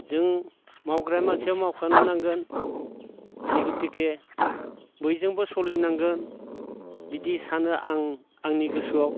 जों मावग्रा मानसिया मावखानो नांगोन जिहुतिके बयजोंबो सोलिनांगोन बिदि सानो आं आंनि गोसोआव